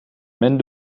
men